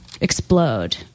explode